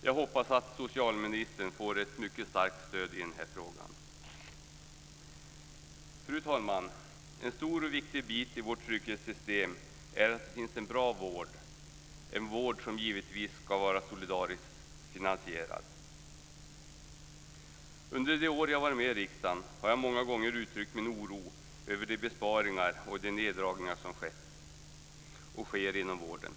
Jag hoppas att socialministern får ett mycket starkt stöd i den här frågan. Fru talman! En stor och viktig bit i vårt trygghetssystem är att det finns en bra vård, en vård som givetvis ska vara solidariskt finansierad. Under de år jag har varit med i riksdagen har jag många gånger uttryckt min oro över de besparingar och de neddragningar som skett och sker inom vården.